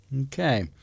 Okay